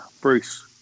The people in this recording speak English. Bruce